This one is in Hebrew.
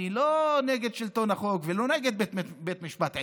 אני לא נגד שלטון החוק ולא נגד בית המשפט העליון.